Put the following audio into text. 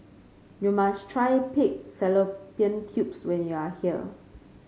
you must try Pig Fallopian Tubes when you are here